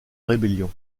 rébellion